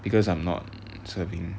because I'm not serving